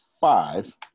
five